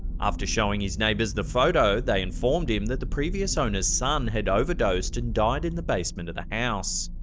after showing his neighbors the photo, they informed him that the previous owner's son had overdosed and died in the basement of the house.